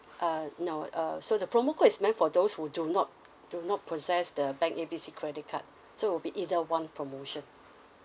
uh no uh so the promo code is meant for those who do not do not possess the bank A B C credit card so will be either one promotion